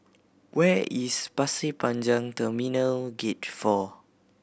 where is Pasir Panjang Terminal Gate Four